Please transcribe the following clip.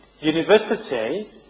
university